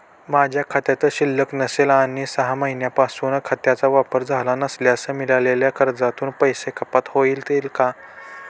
माझ्या खात्यात शिल्लक नसेल आणि सहा महिन्यांपासून खात्याचा वापर झाला नसल्यास मिळालेल्या कर्जातून पैसे कपात होतील का?